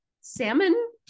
Salmon